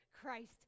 Christ